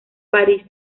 parís